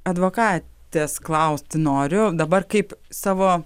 advokatės klausti noriu dabar kaip savo